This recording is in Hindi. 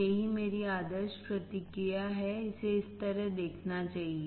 यह मेरी आदर्श प्रतिक्रिया है इसे इस तरह देखना चाहिए